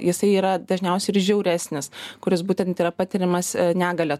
jisai yra dažniausiai ir žiauresnis kuris būtent yra patiriamas negalią